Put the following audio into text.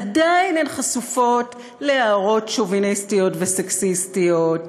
עדיין הן חשופות להערות שוביניסטיות וסקסיסטיות,